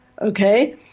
Okay